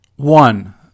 One